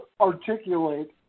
articulate